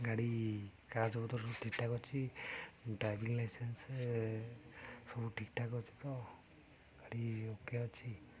ଗାଡ଼ି କାଗଜପତର ସବୁ ଠିକ୍ ଠାକ୍ ଅଛି ଡ୍ରାଇଭିଂ ଲାଇସେନ୍ସ ସବୁ ଠିକ୍ ଠାକ୍ ଅଛି ତ ଗାଡ଼ି ଓକେ ଅଛି